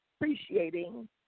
appreciating